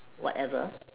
whatever